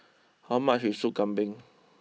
how much is Sop Kambing